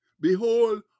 Behold